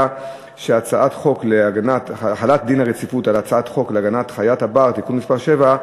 על הצעת חוק להגנת חיית הבר (תיקון מס' 7),